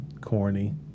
corny